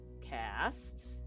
cast